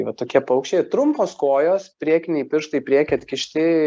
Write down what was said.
va tokie paukščiai trumpos kojos priekiniai pirštai į priekį atkišti